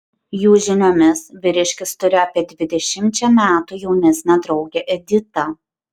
jų žiniomis vyriškis turi apie dvidešimčia metų jaunesnę draugę editą